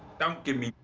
don't give me.